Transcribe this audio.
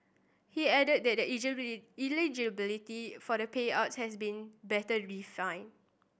he added that eligibility for the payouts has been better defined